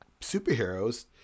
superheroes